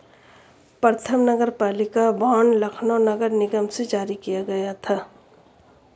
प्रथम नगरपालिका बॉन्ड लखनऊ नगर निगम ने जारी किया था